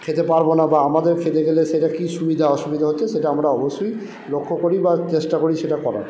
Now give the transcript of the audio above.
খেতে পারবো না বা আমাদের খেতে গেলে সে কি সুবিধা অসুবিধা হচ্ছে আমরা অবশ্যই লক্ষ্য করি বা চেষ্টা করি সেটা করার